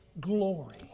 glory